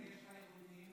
כמה כסף קואליציוני,